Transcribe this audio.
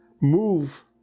move